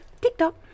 TikTok